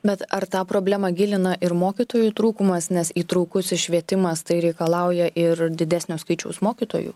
bet ar tą problemą gilina ir mokytojų trūkumas nes įtraukusis švietimas tai reikalauja ir didesnio skaičiaus mokytojų